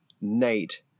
Nate